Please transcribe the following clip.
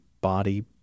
body